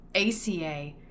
ACA